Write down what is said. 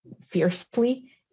fiercely